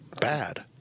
bad